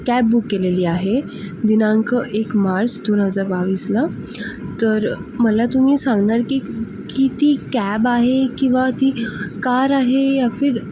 cab book केलेली आहे दिनांक एक मार्च दोन हजार बावीसला तर मला तुम्ही सांगणार की की ती कॅब आहे किंवा ती कार आहे या फिर